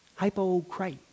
Hypocrite